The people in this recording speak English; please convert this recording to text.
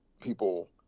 people